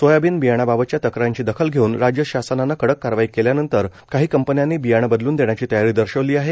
soybean बियाण्याबाबतच्या तक्रारींची दखल घेऊन राज्य शासनानं कडक कारवाई केल्यानंतर काही कंपन्यांनी बियाणं बदलून देण्याची तयारी दर्शविली आहे